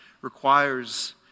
requires